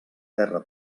terra